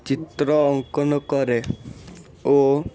ଚିତ୍ର ଅଙ୍କନ କରେ ଓ